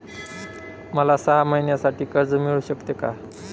मला सहा महिन्यांसाठी कर्ज मिळू शकते का?